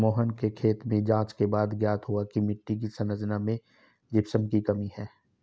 मोहन के खेत में जांच के बाद ज्ञात हुआ की मिट्टी की संरचना में जिप्सम की कमी है